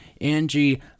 Angie